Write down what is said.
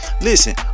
Listen